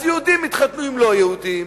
אז יהודים יתחתנו עם לא-יהודים